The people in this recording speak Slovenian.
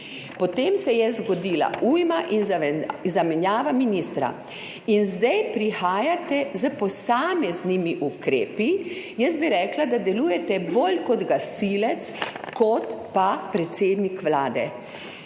Potem se je zgodila ujma in zamenjava ministra in zdaj prihajate s posameznimi ukrepi, jaz bi rekla, da delujete bolj kot gasilec kot pa predsednik Vlade.